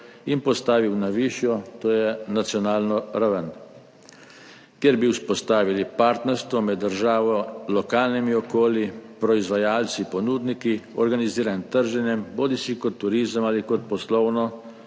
in postavil na višjo, to je nacionalno raven, kjer bi vzpostavili partnerstvo med državo, lokalnimi okolji, proizvajalci, ponudniki, organiziranim trženjem, bodisi kot turizem ali kot poslovno